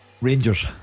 Rangers